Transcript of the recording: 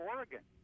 Oregon